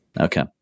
Okay